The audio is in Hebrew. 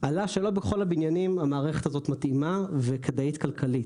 עלה שלא בכל הבניינים המערכת הזו מתאימה וכדאית כלכלית.